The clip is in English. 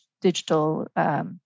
digital